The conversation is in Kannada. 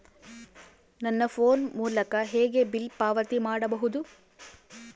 ನನ್ನ ಫೋನ್ ಮೂಲಕ ಹೇಗೆ ಬಿಲ್ ಪಾವತಿ ಮಾಡಬಹುದು?